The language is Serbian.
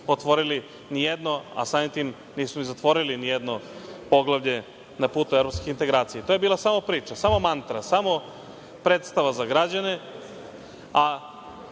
otvorili nijedno, a samim tim nisu ni zatvorili nijedno poglavlje na putu evropskih integracija. To je bila samo priča, samo mantra, samo predstava za građane,